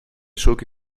schurke